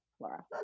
Laura